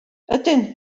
ydyn